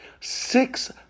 Six